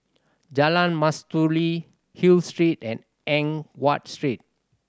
Jalan Mastuli Hill Street and Eng Watt Street